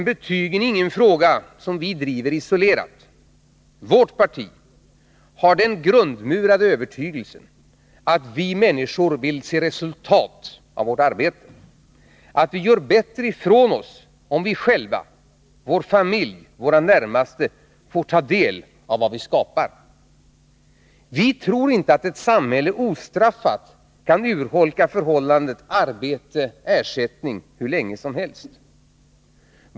Betygen är ingen fråga som vi driver isolerat. Vårt parti har den grundmurade övertygelsen att vi människor vill se resultat av vårt arbete, att vi gör bättre ifrån oss om vi själva, vår familj, våra närmaste får ta del av vad vi skapar. Vi tror inte att ett samhälle ostraffat kan urholka förhållandet arbete-ersättning hur länge som helst.